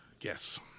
Yes